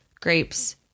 grapes